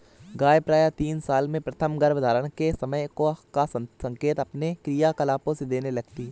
गाय प्रायः तीन साल में प्रथम गर्भधारण के समय का संकेत अपने क्रियाकलापों से देने लगती हैं